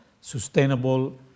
sustainable